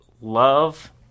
love